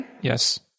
Yes